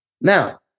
Now